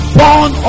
born